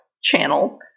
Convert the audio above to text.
channel